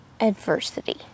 adversity